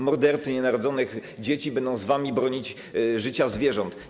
Mordercy nienarodzonych dzieci będą z wami bronić życia zwierząt.